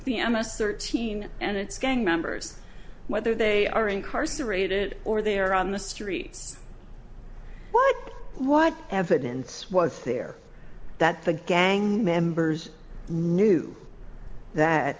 the m s thirteen and its gang members whether they are incarcerated or they are on the streets what what evidence was there that the gang members knew that